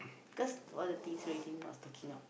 cause all the things already not stocking up